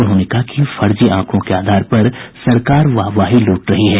उन्होंने कहा कि फर्जी आंकड़ों के आधार पर सरकार वाहवाही लूट रही है